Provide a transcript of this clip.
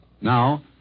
Now